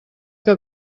que